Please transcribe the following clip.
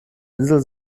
insel